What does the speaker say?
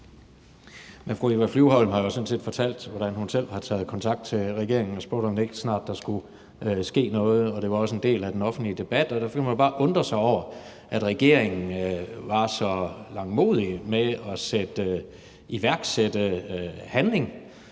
Fru Eva Flyvholm har jo sådan set fortalt, hvordan hun selv har taget kontakt til regeringen og spurgt, om der ikke snart skulle ske noget, og det var også en del af den offentlige debat. Derfor kan man bare undre sig over, at regeringen var så langmodige med at iværksætte handling